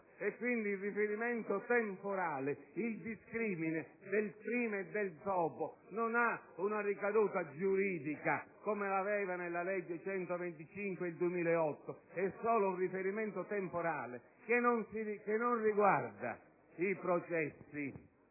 meno un giorno. Quindi, il discrimine del prima e del dopo non ha una ricaduta giuridica come l'aveva nella legge n. 125 del 2008. È solo un riferimento temporale che non riguarda i processi